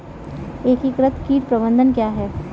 एकीकृत कीट प्रबंधन क्या है?